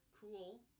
cool